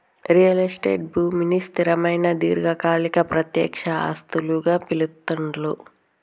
real estate భూమిని స్థిరమైన దీర్ఘకాలిక ప్రత్యక్ష ఆస్తులుగా పిలుత్తాండ్లు